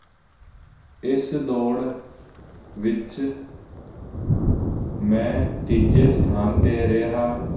ਪੱਥਰ ਮੋਹਰਾਂ ਇਸ ਦਾ ਸਬੂਤ ਦਿੰਦੀਆਂ ਹਨ